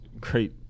great